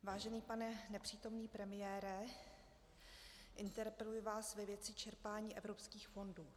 Vážený pane nepřítomný premiére, interpeluji vás ve věci čerpání evropských fondů.